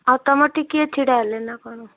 ଆଉ ତୁମ ଠି କିଏ ଛିଡ଼ା ହେଲେ ନା କ'ଣ